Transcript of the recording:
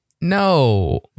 No